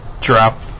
drop